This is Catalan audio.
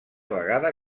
vegada